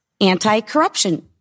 anti-corruption